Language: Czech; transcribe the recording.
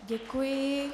Děkuji.